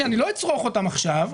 אני לא אצרוך אותם עכשיו,